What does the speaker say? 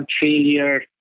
failure